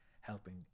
helping